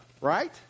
right